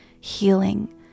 healing